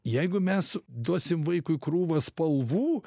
jeigu mes duosim vaikui krūvą spalvų